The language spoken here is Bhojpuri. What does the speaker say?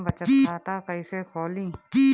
हम बचत खाता कईसे खोली?